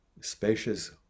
spacious